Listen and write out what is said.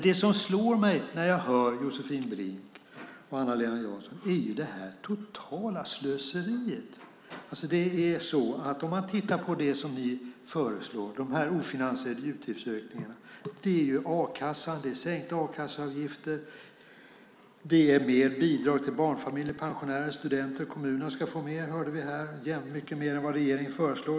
Det som slår mig när jag hör Josefin Brink och Eva-Lena Jansson är det totala slöseriet. De ofinansierade utgiftsökningar ni föreslår är a-kassan, det är sänkta a-kasseavgifter, det är mer bidrag till barnfamiljer, pensionärer och studenter. Kommunerna ska få mer, hörde vi här - mycket mer än vad regeringen föreslår.